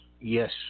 Yes